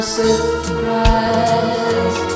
surprise